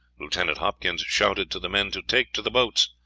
lieutenant hopkins shouted to the men to take to the boats,